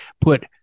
put